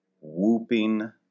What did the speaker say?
whooping